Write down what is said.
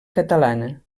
catalana